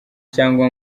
cyangwa